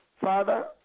Father